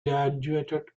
graduated